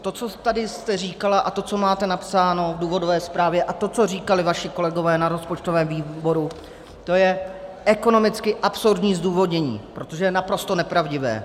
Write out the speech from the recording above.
To, co jste tady říkala, a to, co máte napsáno v důvodové zprávě, a to, co říkali vaši kolegové na rozpočtovém výboru, to je ekonomicky absurdní zdůvodnění, protože je naprosto nepravdivé.